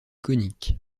conique